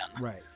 Right